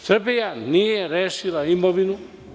Srbija nije rešila imovinu.